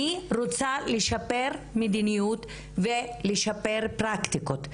אני רוצה לשפר מדיניות ולשפר פרקטיקות.